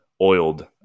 oiled